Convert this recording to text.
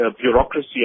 bureaucracy